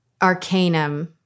Arcanum